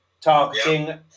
targeting